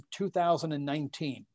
2019